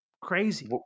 crazy